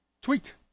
Tweet